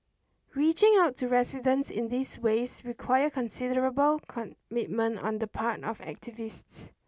reaching out to residents in these ways require considerable commitment on the part of activists